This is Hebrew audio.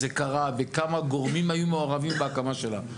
זה קרה וכמה גורמים היו מעורבים בהקמה שלה.